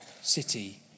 city